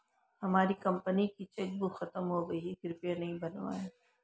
हमारी कंपनी की चेकबुक खत्म हो गई है, कृपया नई बनवाओ